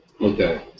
Okay